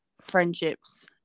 friendships